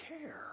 care